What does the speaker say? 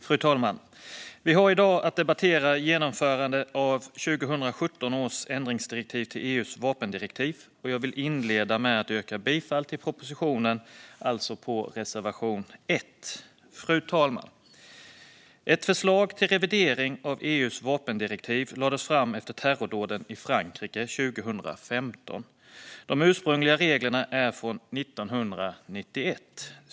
Fru talman! Vi har i dag att debattera Genomförande av 2017 års ändringsdirektiv till EU:s vapendirektiv , och jag vill inleda med att yrka bifall till propositionen, alltså reservation 1. Fru talman! Ett förslag till revidering av EU:s vapendirektiv lades fram efter terrordåden i Frankrike 2015. De ursprungliga reglerna är från 1991.